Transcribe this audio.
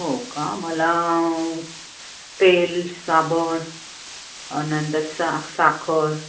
हो का मला तेल साबण नंतर सा साखर